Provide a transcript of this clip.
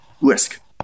risk